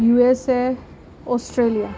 USA Australia